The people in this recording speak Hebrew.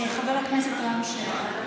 חבר הכנסת רם שפע.